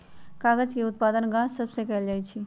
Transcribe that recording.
कागज के उत्पादन गाछ सभ से कएल जाइ छइ